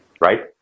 right